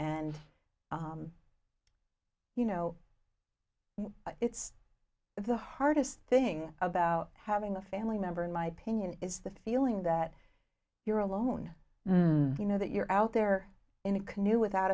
and you know it's the hardest thing about having a family member in my opinion is the feeling that you're alone you know that you're out there in a canoe without